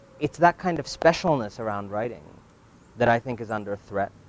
it's that kind of specialness around writing that i think is under threat,